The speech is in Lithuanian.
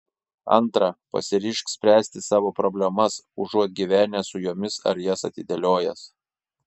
antra pasiryžk spręsti savo problemas užuot gyvenęs su jomis ar jas atidėliojęs